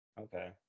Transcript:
Okay